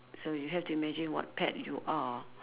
so you have to imagine what pet you are